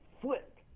flip